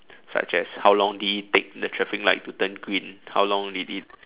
such as how long did it take the traffic light to turn green how long did it